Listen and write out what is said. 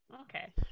Okay